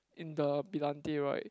in the brillante right